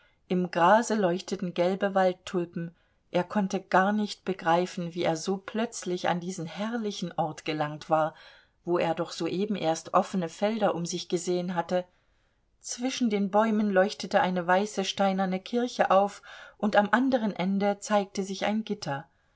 im grase leuchteten gelbe waldtulpen er konnte gar nicht begreifen wie er so plötzlich an diesen herrlichen ort gelangt war wo er doch soeben erst offene felder um sich gesehen hatte zwischen den bäumen leuchtete eine weiße steinerne kirche auf und am anderen ende zeigte sich ein gitter